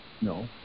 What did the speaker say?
No